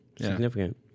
significant